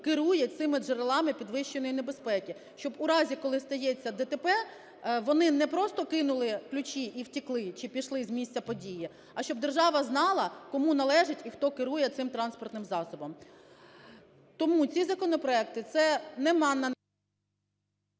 керує цими джерелами підвищеної небезпеки, щоб в разі, коли стається ДТП, вони не просто кинули ключі і втекли чи пішли з місця події, а щоб держава знала, кому належать і хто керує цим транспортним засобом. Тому ці законопроекти, це немає…